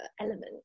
element